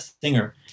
singer